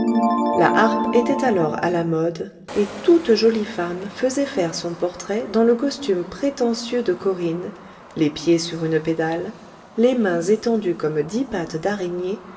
la harpe était alors à la mode et toute jolie femme faisait faire son portrait dans le costume prétentieux de corinne les pieds sur une pédale les mains étendues comme dix pattes d'araignée